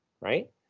right